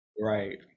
right